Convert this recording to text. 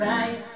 Right